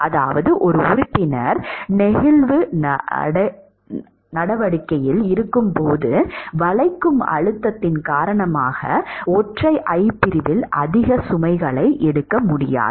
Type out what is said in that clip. அதாவது ஒரு உறுப்பினர் நெகிழ்வு நடவடிக்கையில் இருக்கும்போது வளைக்கும் அழுத்தத்தின் காரணமாக ஒற்றை I பிரிவில் அதிக சுமைகளை எடுக்க முடியாது